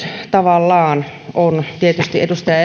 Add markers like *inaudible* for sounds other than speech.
*unintelligible* tavallaan ikuisuuskysymys on tietysti edustaja *unintelligible*